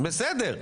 בסדר.